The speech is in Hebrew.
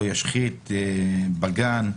לא ישחית בגן.